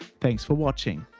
thanks for watching!